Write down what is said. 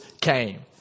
came